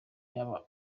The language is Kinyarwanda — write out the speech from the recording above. yaba